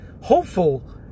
hopeful